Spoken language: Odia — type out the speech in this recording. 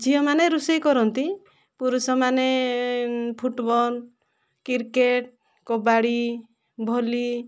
ଝିଅମାନେ ରୋଷେଇ କରନ୍ତି ପୁରୁଷମାନେ ଫୁଟବଲ କ୍ରିକେଟ କବାଡ଼ି ଭଲି